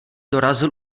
dorazil